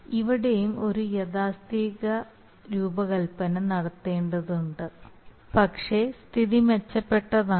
ഇവിടെയുംഒരു യാഥാസ്ഥിതിക രൂപകൽപ്പന നടത്തേണ്ടതുണ്ട് പക്ഷേ സ്ഥിതി മെച്ചപ്പെട്ടതാണ്